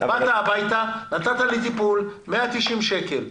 באת הביתה, נתת לי טיפול, 190 שקל.